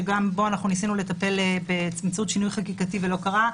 שגם בו אנחנו ניסינו לטפל באמצעות שינוי חקיקתי ולא קרה,